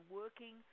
working